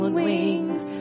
wings